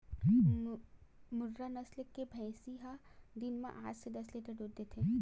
मुर्रा नसल के भइसी ह दिन म आठ ले दस लीटर तक दूद देथे